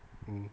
mm